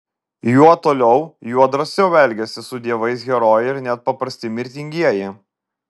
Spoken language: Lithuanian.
juo toliau juo drąsiau elgiasi su dievais herojai ir net paprasti mirtingieji